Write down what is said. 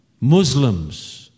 Muslims